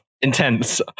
intense